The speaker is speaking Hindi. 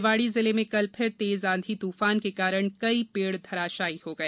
निवाड़ी जिले में कल फिर तेज आंधी तूफान के कारण कई पेड़ धराशाई हो गए